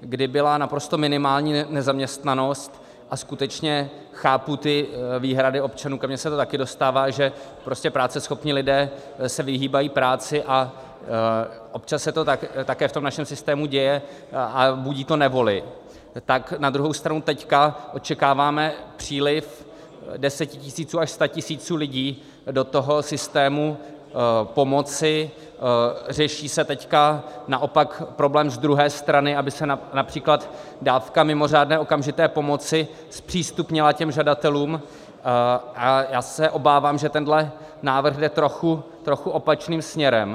kdy byla naprosto minimální nezaměstnanost a skutečně chápu ty výhrady občanů, ke mně se to také dostává, že prostě práceschopní lidé se vyhýbají práci a občas se to také v tom našem systému děje a budí to nevoli, tak na druhou stranu teď očekáváme příliv desetitisíců až statisíců lidí do toho systému pomoci, řeší se teď naopak problém z druhé strany, aby se např. dávka mimořádné okamžité pomoci zpřístupnila těm žadatelům, a já se obávám, že tenhle návrh jde trochu, trochu opačným směrem.